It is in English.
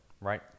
Right